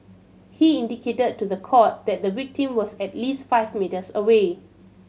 he indicated to the court that the victim was at least five metres away